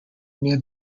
near